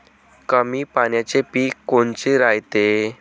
कमी पाण्याचे पीक कोनचे रायते?